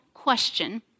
question